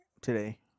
Today